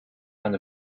and